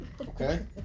Okay